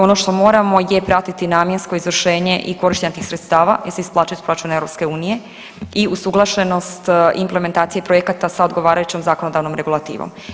Ono što moramo je pratiti namjensko izvršenje i korištenja tih sredstava jer se isplaćuje iz proračuna EU i usuglašenost implementacije projekata sa odgovarajućom zakonodavnom regulativnom.